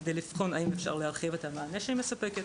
כדי לבחון האם אפשר להרחיב את המענה שהיא מספקת,